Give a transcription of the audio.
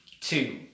two